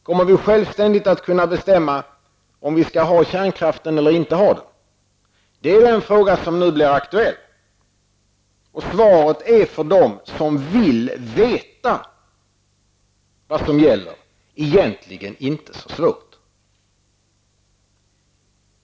Kommer vi att självständigt kunna bestämma om vi skall ha kärnkraften eller inte ha den? Det är de frågorna som nu blir aktuella. Svaret är, för dem som vill veta vad som gäller, egentligen inte så svårt.